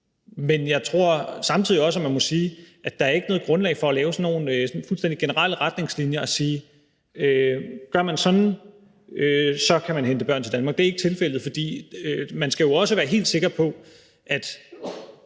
Men jeg tror samtidig også, man må sige, at der ikke er noget grundlag for at lave nogle sådan fuldstændig generelle retningslinjer og sige, at gør man sådan, så kan man hente børn til Danmark. Det er ikke tilfældet, for i et tilfælde, hvor eksempelvis